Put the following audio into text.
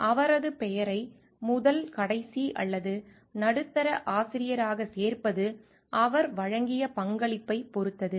அவரது பெயரை முதல் கடைசி அல்லது நடுத்தர ஆசிரியராக சேர்ப்பது அவர் வழங்கிய பங்களிப்பைப் பொறுத்தது